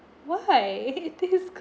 why it is